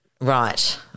Right